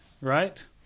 right